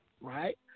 right